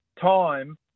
time